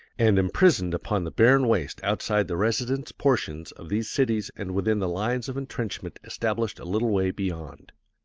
and imprisoned upon the barren waste outside the residence portions of these cities and within the lines of intrenchment established a little way beyond.